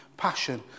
passion